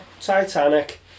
Titanic